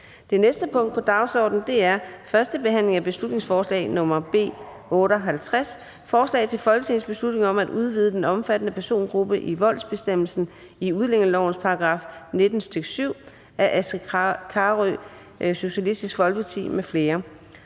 Det næste punkt på dagsordenen er: 12) 1. behandling af beslutningsforslag nr. B 58: Forslag til folketingsbeslutning om at udvide den omfattede persongruppe i voldsbestemmelsen i udlændingelovens § 19, stk. 7. Af Astrid Carøe (SF) m.fl.